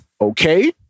Okay